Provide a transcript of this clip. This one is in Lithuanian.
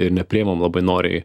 ir nepriimam labai noriai